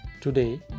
today